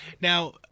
Now